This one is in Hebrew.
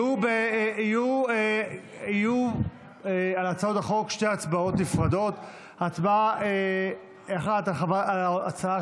יהיו שתי הצבעות נפרדות על הצעות החוק: הצבעה אחת על ההצעה